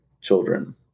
children